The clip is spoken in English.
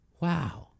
wow